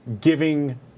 giving